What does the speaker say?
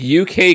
uk